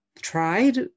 tried